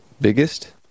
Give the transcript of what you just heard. biggest